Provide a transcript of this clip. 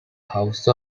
house